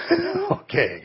Okay